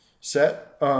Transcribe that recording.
set